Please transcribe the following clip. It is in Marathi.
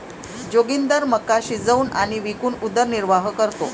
जोगिंदर मका शिजवून आणि विकून उदरनिर्वाह करतो